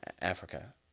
Africa